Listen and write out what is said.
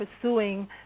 pursuing